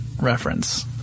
reference